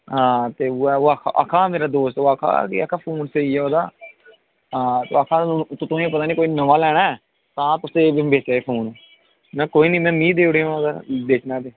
हां ते उ'ऐ ओह् आक्खै दा मेरा दोस्त ओह् आक्खै कि आक्खै फोन स्हेई ऐ ओह्दा हां ओह् आक्खै तुसें पता नी कोई नमां लैना ऐ तां तुस ऐ बेचै दे फोन मैं कोई नी मैं मीं देई ओड़ेओ अगर बेचना ते